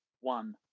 one